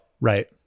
Right